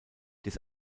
des